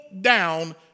down